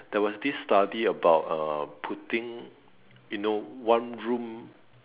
there was this study about uh putting you know one room